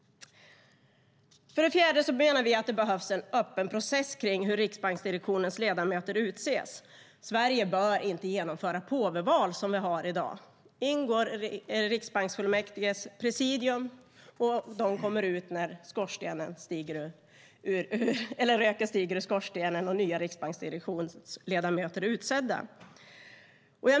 För det fjärde menar vi att det behövs en öppen process när det gäller hur riksbanksdirektionens ledamöter utses. Sverige bör inte genomföra påveval, som i dag. In går riksbanksfullmäktiges presidium, och de kommer ut när röken stiger ur skorstenen och nya riksbanksdirektionsledamöter är utsedda.